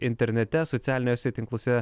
internete socialiniuose tinkluose